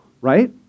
right